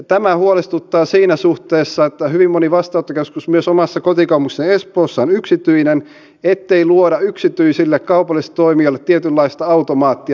tämä huolestuttaa siinä suhteessa että hyvin moni vastaanottokeskus myös omassa kotikaupungissani espoossa on yksityinen ettei luoda yksityisille kaupallisille toimijoille tietynlaista automaattia valtiolta